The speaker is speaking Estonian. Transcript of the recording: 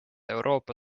euroopa